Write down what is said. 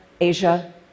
Asia